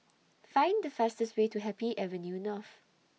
Find The fastest Way to Happy Avenue North